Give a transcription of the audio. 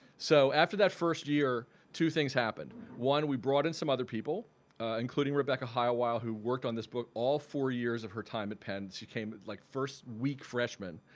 so after that first year two things happened. one, we brought in some other people including rebecca high who worked on this book all four years of her time at penn. she came like first week freshman